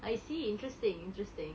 I see interesting interesting